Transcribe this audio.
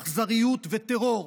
אכזריות וטרור,